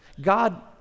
God